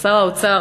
שר האוצר,